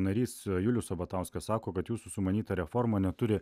narys julius sabatauskas sako kad jūsų sumanyta reforma neturi